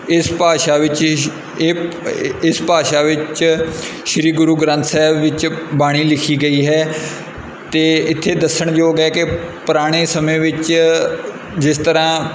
ਇਸ ਭਾਸ਼ਾ ਵਿੱਚ ਇਸ ਇਹ ਇਸ ਭਾਸ਼ਾ ਵਿੱਚ ਸ਼੍ਰੀ ਗੁਰੂ ਗ੍ਰੰਥ ਸਾਹਿਬ ਵਿੱਚ ਬਾਣੀ ਲਿਖੀ ਗਈ ਹੈ ਅਤੇ ਇੱਥੇ ਦੱਸਣ ਯੋਗ ਹੈ ਕਿ ਪੁਰਾਣੇ ਸਮੇਂ ਵਿੱਚ ਜਿਸ ਤਰ੍ਹਾਂ